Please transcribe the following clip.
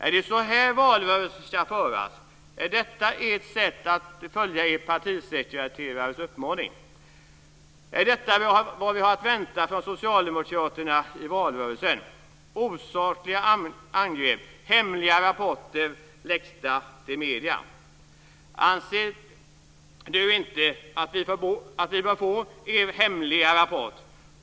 Är det så här valrörelsen ska föras? Är detta ert sätt att följa er partisekreterares uppmaning? Är detta vad vi har att vänta från socialdemokraterna i valrörelsen? Osakliga angrepp, hemliga rapporter läckta till medierna. Anser Sven-Erik Österberg inte att vi bör få er hemliga rapport?